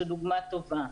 זאת דוגמה טובה.